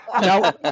Now